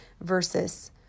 versus